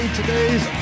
Today's